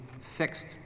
fixed